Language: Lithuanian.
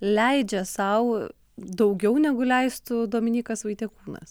leidžia sau daugiau negu leistų dominykas vaitiekūnas